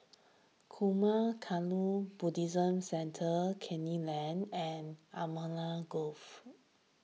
Zurmang Kagyud Buddhist Centre Canning Lane and Allamanda Grove